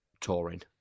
touring